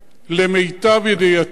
למיטב ידיעתי,